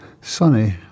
sunny